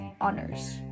honors